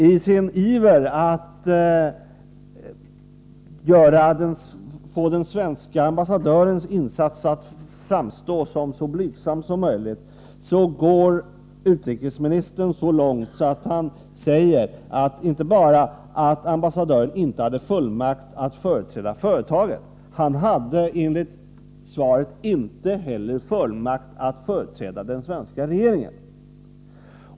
I sin iver att få den svenska ambassadörens insats att framstå som så blygsam som möjligt går utrikesministern så långt att han inte bara säger att ambassadören inte hade fullmakt att företräda företaget, utan han hade enligt svaret inte heller fullmakt att företräda den svenska regeringen.